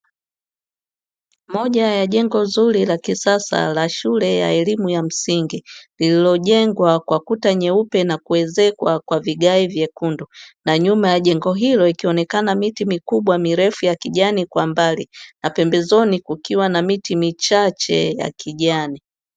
Moja ya jengo zuri la kisasala la shule moja ya shule ya elimu ya msingi lililojengwa kwa kuta nyeupe na kuezekwa kwa vigae vyekundu, na nyuma ya jengo hilo ikionekana miti mikubwa mirefu ya kijani kwa mbali na pembezoni kukiwa na miti michache ya kijani